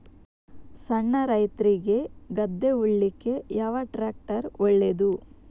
ಸಣ್ಣ ರೈತ್ರಿಗೆ ಗದ್ದೆ ಉಳ್ಳಿಕೆ ಯಾವ ಟ್ರ್ಯಾಕ್ಟರ್ ಒಳ್ಳೆದು?